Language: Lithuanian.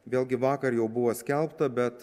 vėlgi vakar jau buvo skelbta bet